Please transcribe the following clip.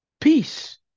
peace